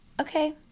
Okay